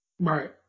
Right